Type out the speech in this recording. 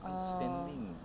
orh